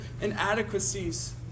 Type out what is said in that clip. inadequacies